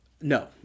No